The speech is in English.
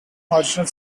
marginal